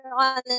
on